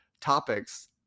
topics